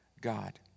God